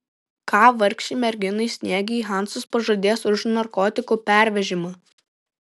ką vargšei merginai sniegei hansas pažadės už narkotikų pervežimą